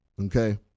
Okay